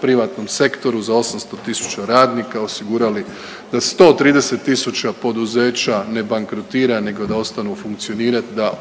privatnom sektoru za 800 tisuća radnika, osigurali da 130 tisuća poduzeća ne bankrotira nego da ostanu funkcionirat da